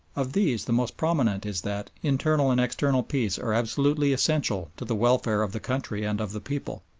of these the most prominent is that internal and external peace are absolutely essential to the welfare of the country and of the people,